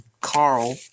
Carl